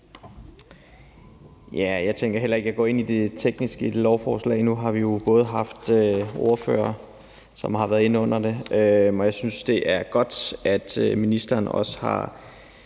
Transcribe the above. Jeg tænker heller ikke, at jeg vil gå ind i det tekniske i det lovforslag her. Nu har vi jo haft ordførere, som har været inde over det. Jeg synes, det er godt, ministeren også har